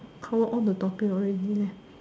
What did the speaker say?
cover all the topic already leh